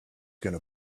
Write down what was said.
gonna